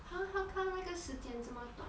!huh! how come 那个时间这么短